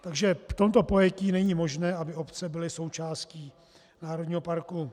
Takže v tomto pojetí není možné, aby obce byly součástí národního parku.